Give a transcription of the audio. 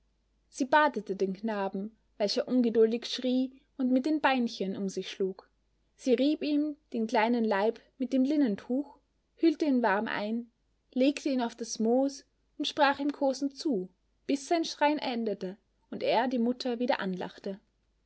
sie badete den knaben welcher ungeduldig schrie und mit den beinchen um sich schlug sie rieb ihm den kleinen leib mit dem linnentuch hüllte ihn warm ein legte ihn auf das moos und sprach ihm kosend zu bis sein schreien endete und er die mutter wieder anlachte